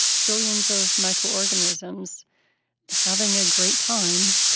trillions of microorganisms having a great time